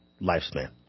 lifespan